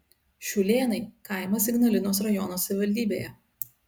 šiūlėnai kaimas ignalinos rajono savivaldybėje